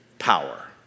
power